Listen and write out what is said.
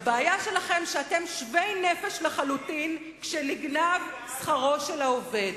הבעיה שלכם שאתם שווי נפש לחלוטין כשנגנב שכרו של העובד.